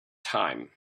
time